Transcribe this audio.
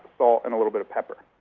salt, and a little bit of pepper